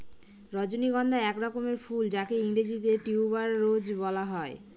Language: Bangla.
রজনীগন্ধা এক রকমের ফুল যাকে ইংরেজিতে টিউবার রোজ বলা হয়